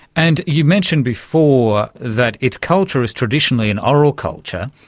and you mentioned before that its culture is traditionally an oral culture.